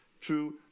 true